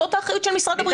זאת האחריות של משרד הבריאות,